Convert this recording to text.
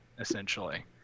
essentially